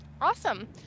Awesome